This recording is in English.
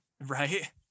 right